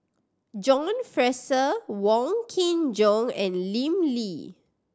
John Fraser Wong Kin Jong and Lim Lee